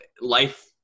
life